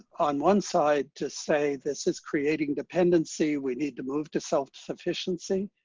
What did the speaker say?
on one side, to say this is creating dependency. we need to move to self-sufficiency.